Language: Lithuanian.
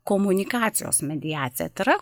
komunikacijos mediacija tra